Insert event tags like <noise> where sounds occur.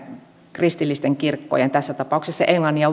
kristillisten kirkkojen asemaan tässä tapauksessa englannin <unintelligible>